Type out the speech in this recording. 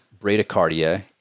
bradycardia